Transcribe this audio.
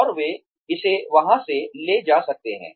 और वे इसे वहां से ले जा सकते हैं